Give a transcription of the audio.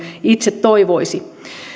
itse toivoisi